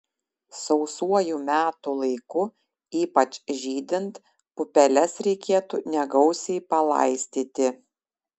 sausuoju metų laiku ypač žydint pupeles reikėtų negausiai palaistyti